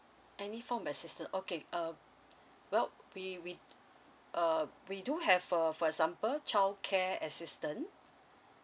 any form assistant okay uh well we we err we do have a for example childcare assistance